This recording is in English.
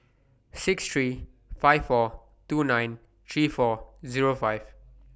six three five four two nine three four Zero five